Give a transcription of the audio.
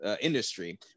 Industry